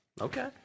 Okay